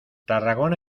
tarragona